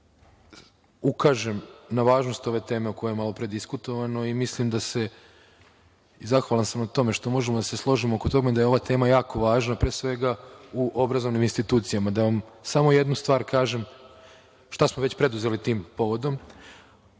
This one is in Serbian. ukažem na važnost ove teme o kojoj je malopre diskutovano. Zahvalan sam na tome što možemo da se složimo oko toga da je ova tema jako važna, pre svega u obrazovnim institucijama. Da vam samo jednu stvar kažem, šta smo već preduzeli tim povodom.